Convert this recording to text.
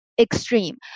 extreme